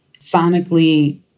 sonically